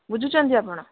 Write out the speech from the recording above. ବୁଝୁଛନ୍ତି ଆପଣ